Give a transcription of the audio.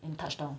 and touched down